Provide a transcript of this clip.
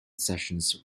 sessions